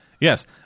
Yes